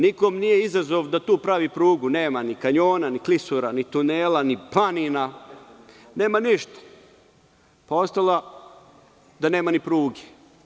Nikom nije izazov da tu pravi prugu, nema ni kanjona, ni klisura, ni tunela, ni planina, nema ništa, ostalo je da nema ni pruge.